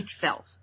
self